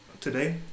today